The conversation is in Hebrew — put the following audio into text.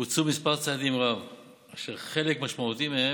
בוצעו צעדים רבים אשר חלק משמעותי מהם